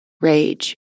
rage